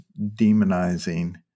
demonizing